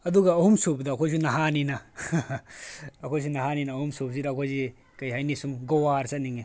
ꯑꯗꯨꯒ ꯑꯍꯨꯝ ꯁꯨꯕꯗ ꯑꯩꯈꯣꯏꯁꯨ ꯅꯍꯥꯅꯤꯅ ꯑꯩꯈꯣꯏꯁꯨ ꯅꯍꯥꯅꯤꯅ ꯑꯍꯨꯝꯁꯨꯕꯁꯤꯗ ꯑꯩꯈꯣꯏꯁꯦ ꯀꯔꯤ ꯍꯥꯏꯅꯤ ꯁꯨꯝ ꯒꯣꯋꯥꯗ ꯆꯠꯅꯤꯡꯉꯦ